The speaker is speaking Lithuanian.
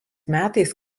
metais